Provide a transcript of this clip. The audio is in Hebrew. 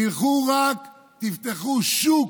תפתחו שוק,